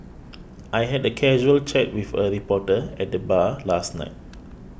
I had a casual chat with a reporter at the bar last night